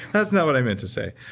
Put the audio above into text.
that's not what i meant to say,